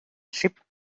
ship